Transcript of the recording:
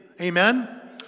Amen